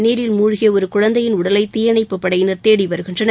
நீரில் மூழ்கிய ஒரு குழந்தையின் உடலை தீயணைப்புப் படையினர் தேடி வருகின்றனர்